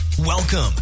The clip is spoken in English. Welcome